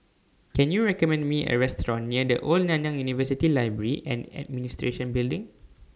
Can YOU recommend Me A Restaurant near The Old Nanyang University Library and Administration Building